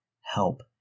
help